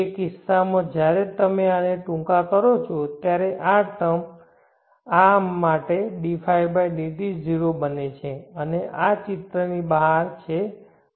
તે કિસ્સામાં જ્યારે તમે આને ટૂંકા કરો છો ત્યારે આ આર્મ માટે dϕ dt 0 બને છે અને આ ચિત્રની બહાર છે